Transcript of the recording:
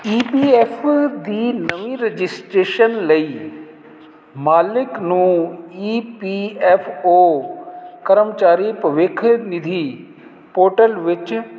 ਈ P F ਦੀ ਨਵੀਂ registration ਲਈ ਮਾਲਿਕ ਨੂੰ ਈ ਪੀ ਐਫ ਓ ਕਰਮਚਾਰੀ ਭਵਿੱਖ ਨਿਧੀ ਪੋਟਲ ਵਿੱਚ